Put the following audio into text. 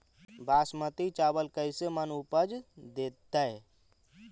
बासमती चावल कैसे मन उपज देतै?